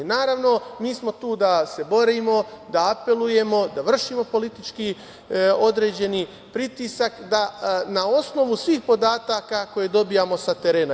Naravno, mi smo tu da se borimo, da apelujemo, da vršimo politički određeni pritisak na osnovu svih podataka koje dobijamo sa terena.